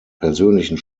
persönlichen